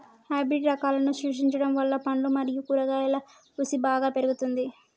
hybrid రకాలను సృష్టించడం వల్ల పండ్లు మరియు కూరగాయల రుసి బాగా పెరుగుతుంది